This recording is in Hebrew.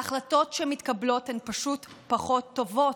ההחלטות שמתקבלות הן פשוט פחות טובות,